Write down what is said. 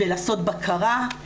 ולעשות בקרה.